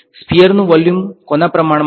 sphere નુ volume કોના પ્રમાણ છે